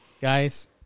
Guys